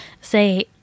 say